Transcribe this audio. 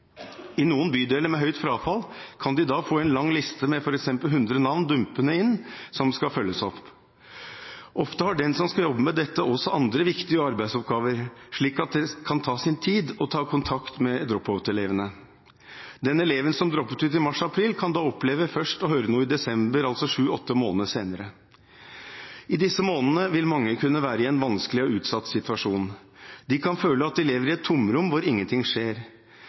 I noen bydeler med høyt frafall kan de da få en lang liste med f.eks. 100 navn dumpende inn, som skal følges opp. Ofte har den som skal jobbe med dette, også andre viktige arbeidsoppgaver, slik at det kan ta sin tid å ta kontakt med drop-out-elevene. Den eleven som droppet ut i mars–april, kan da oppleve å høre noe først i desember, altså 7–8 måneder senere. I disse månedene vil mange kunne være i en vanskelig og utsatt situasjon. De kan føle at de lever i et tomrom hvor ingenting skjer.